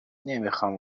نمیخام